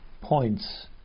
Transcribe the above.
points